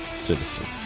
citizens